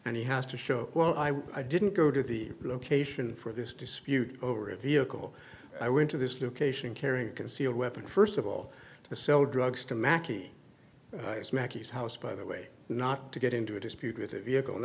and he has to show well i'm i didn't go to the location for this dispute over a vehicle i went to this location carrying a concealed weapon first of all to sell drugs to makea mackie's house by the way not to get into a dispute with a vehicle and